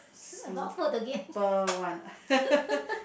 simple one